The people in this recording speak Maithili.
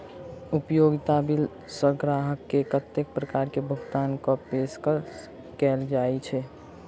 उपयोगिता बिल सऽ ग्राहक केँ कत्ते प्रकार केँ भुगतान कऽ पेशकश कैल जाय छै?